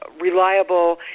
reliable